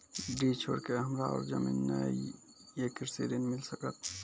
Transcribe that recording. डीह छोर के हमरा और जमीन ने ये कृषि ऋण मिल सकत?